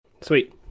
sweet